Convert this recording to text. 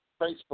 Facebook